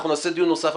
אנחנו נעשה דיון נוסף.